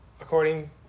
according